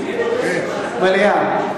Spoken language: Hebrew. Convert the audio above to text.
מליאה.